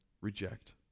reject